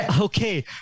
Okay